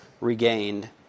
regained